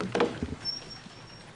14:10.